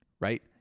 right